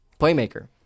playmaker